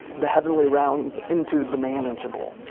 the heavenly realms into the manageable,